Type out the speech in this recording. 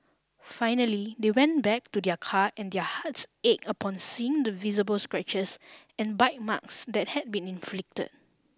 finally they went back to their car and their hearts ached upon seeing the visible scratches and bite marks that had been inflicted